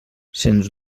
sens